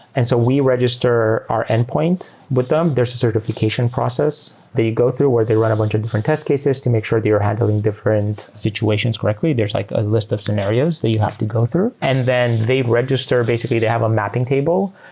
and so we register our endpoint with them. there's certification process they go through where they run a bunch of different test cases to make sure they are handling different situations correctly. there's like a list of scenarios that you have to go through, and then they register. basically, they have a mapping table.